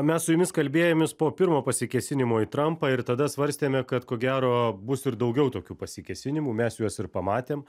mes su jumis kalbėjomės po pirmo pasikėsinimo į trumpą ir tada svarstėme kad ko gero bus ir daugiau tokių pasikėsinimų mes juos ir pamatėm